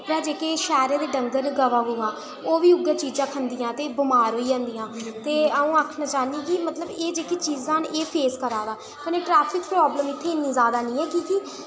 उप्परा जेह्के शैह्रें दे डंगर न गवां गुवां ओह् बी उ'ऐ चीजां खंदियां ते बमार होई जंदियां ते अ'ऊं आखना चाह्न्नीं मतलब एह् जेह्की चीजां न एह् कन्नै ट्रैफिक प्राब्लम इत्थै इन्नी जादा निं ऐ की के